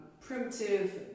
primitive